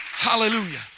Hallelujah